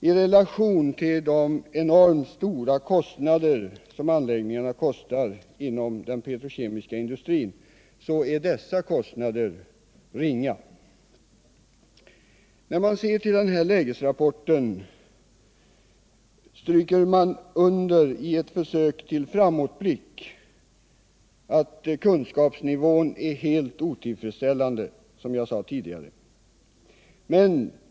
I relation till de enormt höga kostnaderna för anläggningarna inom den petrokemiska industrin är kostnaderna för reningsutrustningen ringa. I ett försök till framåtblick stryker man i lägesrapporten under att kunskapsnivån är helt otillfredsställande.